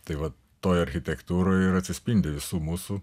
tai va toj architektūroj ir atsispindi visų mūsų